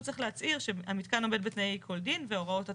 הוא צריך להצהיר שהמתקן עומד בתנאי כל דין והוראות התכנית.